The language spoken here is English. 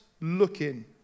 looking